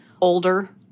older